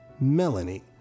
Melanie